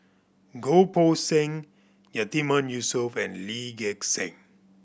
Goh Poh Seng Yatiman Yusof and Lee Gek Seng